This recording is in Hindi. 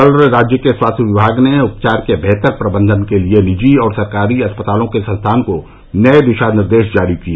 कल राज्य के स्वास्थ्य विभाग ने उपचार के बेहतर प्रबंधन के लिए निजी और सरकारी अस्पतालों के संस्थानों को नए दिशानिर्देश जारी किए